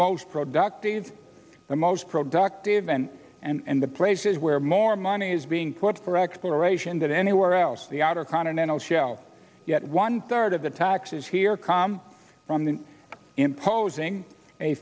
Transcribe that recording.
most productive the most productive and and the places where more money is being put for exploration than anywhere else the outer continental shelf yet one third of the taxes here come from the imposing a